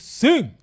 sing